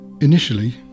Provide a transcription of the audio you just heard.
Initially